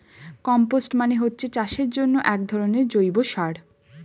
compost মানে হচ্ছে চাষের জন্যে একধরনের জৈব সার